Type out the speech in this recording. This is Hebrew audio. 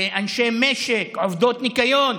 לאנשי משק, לעובדות ניקיון,